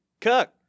Cook